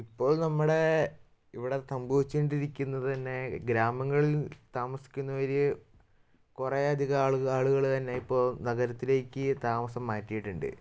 ഇപ്പോൾ നമ്മുടെ ഇവിടെ സംഭവിച്ചു കൊണ്ടിരിക്കുന്നത് തന്നേ ഗ്രാമങ്ങളിൽ താമസിക്കുന്നവർ കുറേ അധികം ആളുകൾ തന്നെ ഇപ്പോൾ നഗരത്തിലേക്ക് താമസം മാറ്റിയിട്ടുണ്ട്